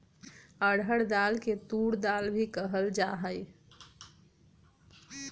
अरहर दाल के तूर दाल भी कहल जाहई